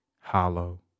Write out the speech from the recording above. hollow